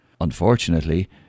Unfortunately